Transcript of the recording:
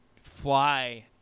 fly